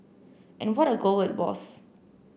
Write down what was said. and what a goal it was